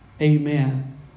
Amen